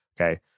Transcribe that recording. Okay